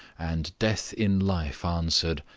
and death-in-life answered,